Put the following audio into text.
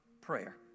prayer